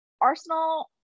Arsenal